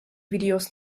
videos